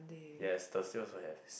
yes Thursday also have